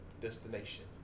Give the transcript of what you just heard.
destination